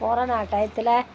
corona டையத்தில்